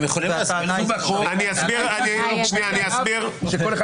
הבעיה